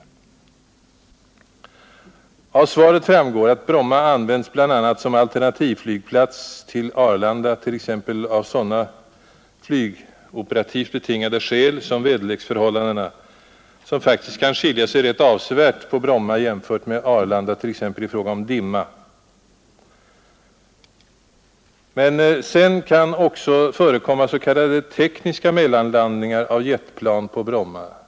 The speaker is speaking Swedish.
Av det omfattande svaret framgår att Bromma används bl.a. som alternativflygplats till Arlanda, t.ex. av sådana flygoperativt betingade skäl som väderleksförhållandena, som faktiskt kan skilja sig rätt avsevärt på Bromma jämfört med Arlanda, t.ex. vid dimma. Men det kan också förekomma s.k. tekniska mellanlandningar av jetplan på Bromma.